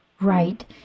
Right